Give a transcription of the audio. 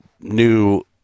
new